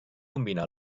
combina